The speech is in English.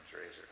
razor